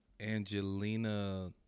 Angelina